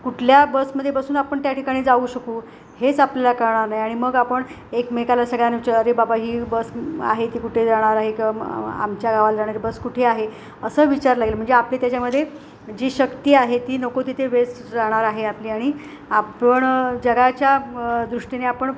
कुठल्या बसमध्ये बसून आपण त्या ठिकाणी जाऊ शकू हेच आपल्याला कळणार नाही आणि मग आपण एकमेकाला सगळ्यांना विचारू अरे बाबा ही बस आहे ती कुठे जाणार आहे किंवा आमच्या गावाला जाणारी बस कुठे आहे असं विचारावं लागेल म्हणजे आपली त्याच्यामध्ये जी शक्ती आहे ती नको तिथे वेस्ट जाणार आहे आपली आणि आपण जगाच्या दृष्टीने आपण